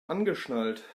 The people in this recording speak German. angeschnallt